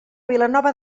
vilanova